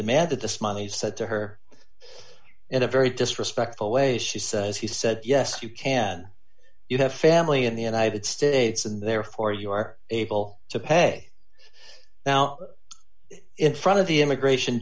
demanded this money said to her in a very disrespectful way she says he said yes you can you have family in the united states and therefore you are able to pay now in front of the immigration